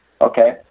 Okay